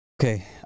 Okay